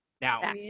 now